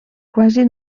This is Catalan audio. quasi